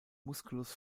musculus